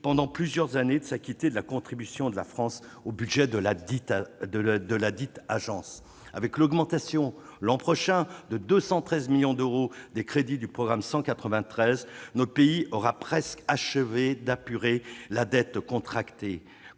pendant plusieurs années omis de s'acquitter de la contribution de la France ... Avec l'augmentation de 213 millions d'euros des crédits du programme 193, notre pays aura presque achevé d'apurer la dette contractée.